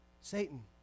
Satan